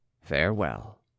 Farewell